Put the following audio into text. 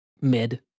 mid